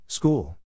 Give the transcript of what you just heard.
School